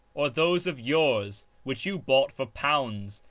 or those of yours which you bought for pounds,